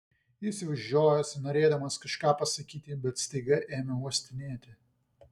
jis jau žiojosi norėdamas kažką pasakyti bet staiga ėmė uostinėti